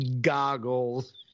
goggles